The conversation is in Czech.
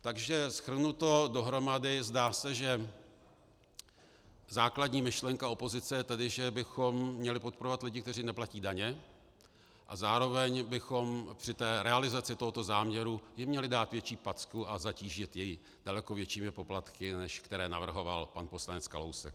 Takže shrnuto dohromady, zdá se, že základní myšlenka opozice je tady, že bychom měli podporovat lidi, kteří neplatí daně, a zároveň bychom při realizaci tohoto záměru jim měli dát větší pecku a zatížit je daleko většími poplatky, než které navrhoval pan poslanec Kalousek.